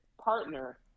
partner